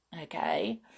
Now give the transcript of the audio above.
okay